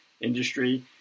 industry